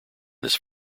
this